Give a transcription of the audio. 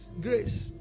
grace